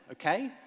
okay